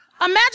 imagine